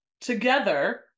together